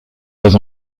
pas